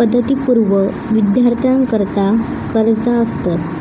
पदवीपूर्व विद्यार्थ्यांकरता कर्जा असतत